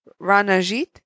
Ranajit